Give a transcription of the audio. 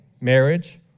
Marriage